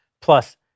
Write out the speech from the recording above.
Plus